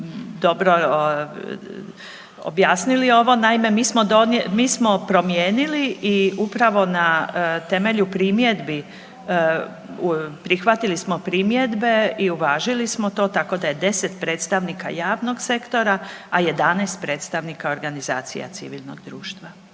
dobro objasnili ovo. Naime, mi smo promijenili i upravo na temelju primjedbi, prihvatili smo primjedbe i uvažili smo to, tako da je 10 predstavnika javnog sektora, a 11 predstavnika organizacija civilnog društva.